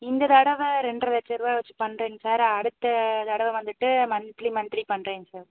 இந்த தடவை ரெண்ட்ரை லட்சருபாய வச்சு பண்ணுறேங்க சார் அடுத்த தடவை வந்துட்டு மன்த்லி மன்த்லி பண்ணுறேங்க சார்